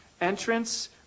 entrance